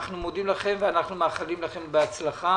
אנחנו מודים לכם ואנחנו מאחלים לכם בהצלחה.